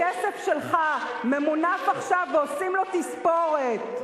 הכסף שלך ממונף עכשיו, ועושים לו תספורת.